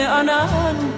anan